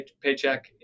paycheck